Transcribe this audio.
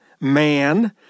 man